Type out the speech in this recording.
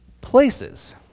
Places